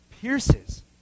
pierces